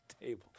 table